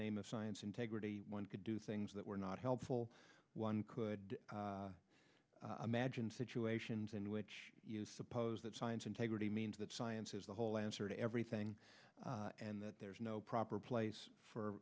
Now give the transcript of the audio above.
name of science integrity one could do things that were not helpful one could imagine situations in which you suppose that science integrity means that science is the whole answer to every thing and that there's no proper place for